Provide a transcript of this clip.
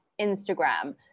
Instagram